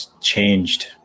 changed